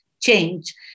change